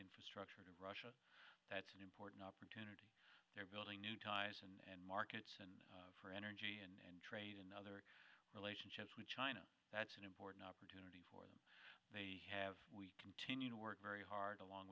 infrastructure of russia that's an important opportunity they're building new ties and markets and for energy and trade another relationships with china that's an important opportunity for them they have we continue to work very hard along